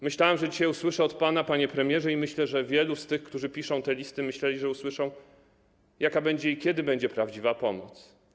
Myślałem, że dzisiaj usłyszę od pana, panie premierze, i myślę, że wielu z tych, którzy piszą te listy, myślało, że usłyszą, jaka będzie i kiedy będzie prawdziwa pomoc.